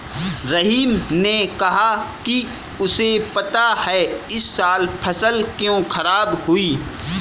रहीम ने कहा कि उसे पता है इस साल फसल क्यों खराब हुई